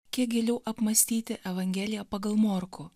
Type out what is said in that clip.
kiek giliau apmąstyti evangeliją pagal morkų